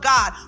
God